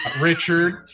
richard